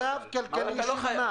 אתה לא חייב.